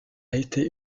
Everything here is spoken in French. été